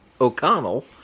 O'Connell